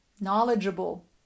knowledgeable